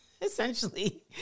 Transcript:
essentially